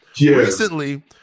Recently